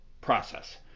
process